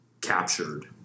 captured